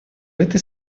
этой